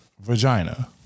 vagina